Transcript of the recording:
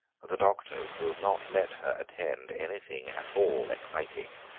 the doctors will not let her attend anything at all exciting,